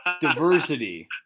Diversity